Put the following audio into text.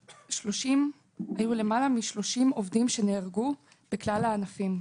עכשיו, למעלה מ-30 עובדים שנהרגו, בכלל הענפים.